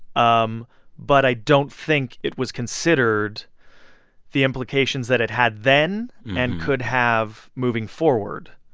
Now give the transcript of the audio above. um but i don't think it was considered the implications that it had then and could have moving forward.